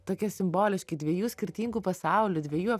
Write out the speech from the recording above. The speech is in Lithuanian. tokie simboliški dviejų skirtingų pasaulių dviejų